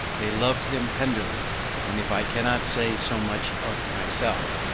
they loved him tenderly and if i cannot say so much of myself,